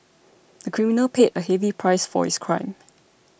the criminal paid a heavy price for his crime